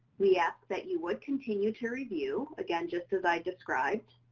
we ask that you would continue to review, again just as i described,